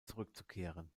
zurückzukehren